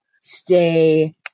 stay